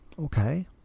Okay